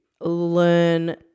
learn